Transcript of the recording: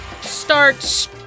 Starts